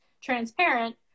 transparent